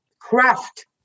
craft